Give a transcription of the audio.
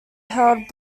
held